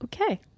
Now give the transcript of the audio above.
okay